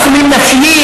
יש מחסומים נפשיים,